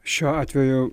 šiuo atveju